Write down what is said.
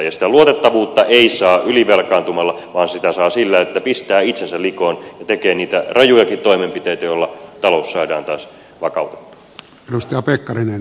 sitä luotettavuutta ei saa ylivelkaantumalla vaan sitä saa sillä että pistää itsensä likoon ja tekee niitä rajujakin toimenpiteitä joilla talous saadaan taas vakautettua